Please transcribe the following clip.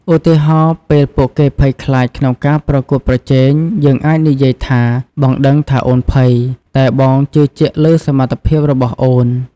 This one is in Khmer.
ឧទាហរណ៍ ពេលពួកគេភ័យខ្លាចក្នុងការប្រកួតប្រជែង យើងអាចនិយាយថា បងដឹងថាអូនភ័យ តែបងជឿជាក់លើសមត្ថភាពរបស់អូន។